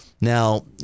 Now